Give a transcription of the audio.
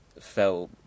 fell